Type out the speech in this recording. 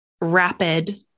rapid